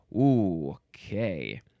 okay